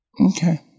Okay